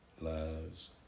Lives